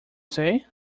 say